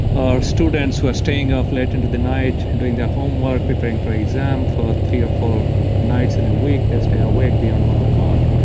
or students who are staying up late into the night and doing their homework, preparing for exam, for three or four nights in a week they stay awake beyond one o'clock,